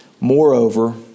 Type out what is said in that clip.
Moreover